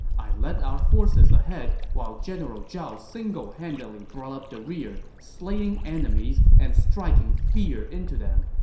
i led our forces ahead while general zhao singlehandedly brought up the rear, slaying enemies and striking fear into them.